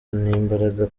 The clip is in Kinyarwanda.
n’imbaraga